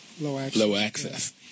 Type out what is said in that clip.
low-access